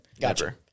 Gotcha